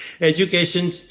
Education